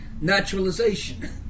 naturalization